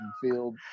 field